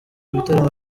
bitaramo